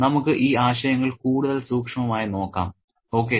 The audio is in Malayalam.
നമുക്ക് ഈ ആശയങ്ങൾ കൂടുതൽ സൂക്ഷ്മമായി നോക്കാം ഓക്കേ